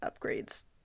upgrades